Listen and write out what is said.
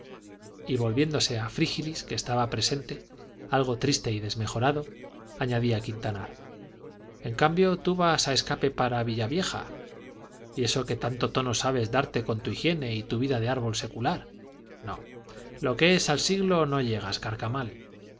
y volviéndose a frígilis que estaba presente algo triste y desmejorado añadía quintanar en cambio tú vas a escape para villavieja y eso que tanto tono sabes darte con tu higiene y tu vida de árbol secular no lo que es al siglo no llegas carcamal